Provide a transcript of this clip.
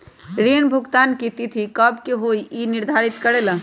ऋण भुगतान की तिथि कव के होई इ के निर्धारित करेला?